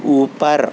اوپر